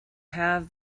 have